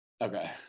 Okay